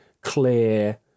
clear